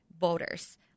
voters